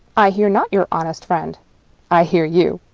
i hear not your honest friend i hear you.